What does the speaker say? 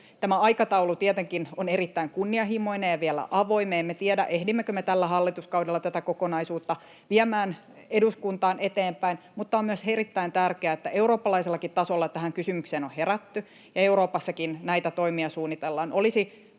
tämä aikataulu tietenkin on erittäin kunnianhimoinen ja vielä avoin. Me emme tiedä, ehdimmekö me tällä hallituskaudella tätä kokonaisuutta viemään eduskuntaan eteenpäin, mutta on myös erittäin tärkeää, että eurooppalaisellakin tasolla tähän kysymykseen on herätty, ja Euroopassakin näitä toimia suunnitellaan.